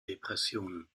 depressionen